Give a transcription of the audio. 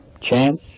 Chance